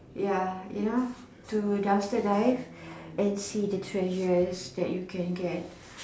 ya you know to dumpster dive and see the treasures that you can get